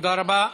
תודה רבה.